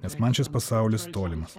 nes man šis pasaulis tolimas